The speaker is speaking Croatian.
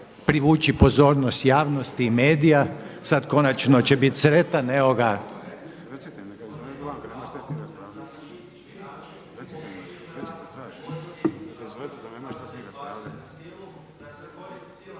privući pozornost javnost i medija sad konačno će biti sretan.